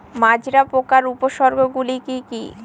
মাজরা পোকার উপসর্গগুলি কি কি?